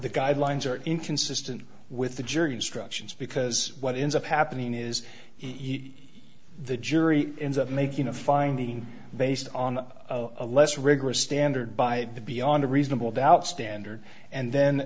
the guidelines are inconsistent with the jury instructions because what ends up happening is he the jury ends up making a finding based on a less rigorous standard by the beyond a reasonable doubt standard and then